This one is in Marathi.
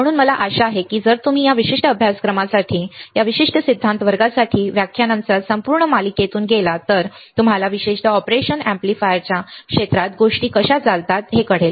म्हणून मला आशा आहे की जर तुम्ही या विशिष्ट अभ्यासक्रमासाठी या विशिष्ट सिद्धांत वर्गासाठी व्याख्यानांच्या संपूर्ण मालिकेतून गेलात तर तुम्हाला विशेषत ऑपरेशनल अम्प्लीफायर्सच्या क्षेत्रात गोष्टी कशा चालतात हे कळेल